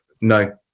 No